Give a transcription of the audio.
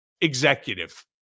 executive